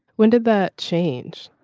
when did that change.